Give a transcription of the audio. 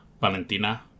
Valentina